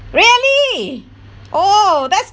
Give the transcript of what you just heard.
really oh that's